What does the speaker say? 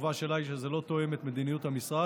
התשובה שלה היא שזה לא תואם את מדיניות המשרד